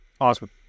Awesome